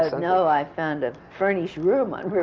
a no, i found a furnished room on